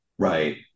Right